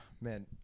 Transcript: man